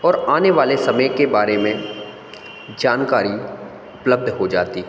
और आने वाले समय के बारे में जानकारी उपलब्ध हो जाती है